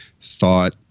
thought